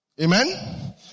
Amen